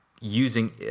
using